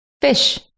Fish